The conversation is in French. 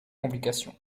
complication